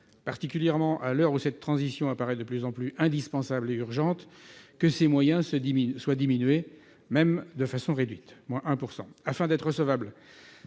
particulièrement à l'heure où cette transition apparaît comme de plus en plus indispensable et urgente, que ses moyens soient diminués même de façon réduite, la baisse étant de 1 %. Afin d'être recevable,